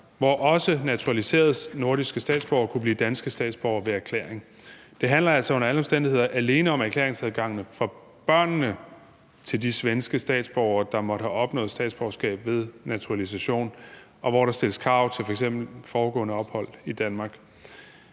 hvor også naturaliserede nordiske statsborgere kunne blive danske statsborgere ved erklæring. Det handler altså under alle omstændigheder alene om erklæringsadgangen for børn af de svenske statsborgere, der måtte have opnået statsborgerskab ved naturalisation, og hvor der stilles krav til f.eks. foregående ophold i Danmark.